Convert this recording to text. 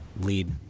lead